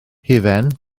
hufen